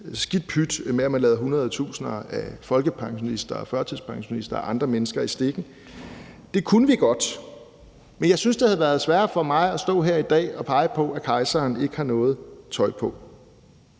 skidt pyt med, at man lader hundredtusinder af folkepensionister og førtidspensionister og andre mennesker i stikken? Det kunne vi godt. Men jeg synes, det havde været sværere for mig at stå her i dag og pege på, at kejseren ikke har noget tøj på.